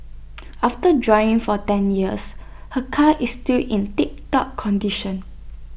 after driving for ten years her car is still in tiptop condition